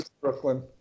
Brooklyn